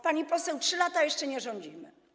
Pani poseł, 3 lata jeszcze nie rządzimy.